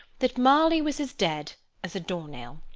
that marley was as dead as a door-nail.